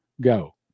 Go